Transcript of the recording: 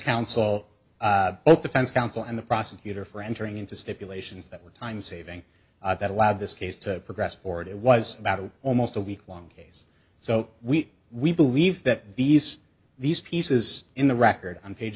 counsel both defense counsel and the prosecutor for entering into stipulations that were timesaving that allowed this case to progress forward it was about almost a week long case so we we believe that these these pieces in the record on